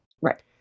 Right